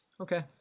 Okay